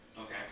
Okay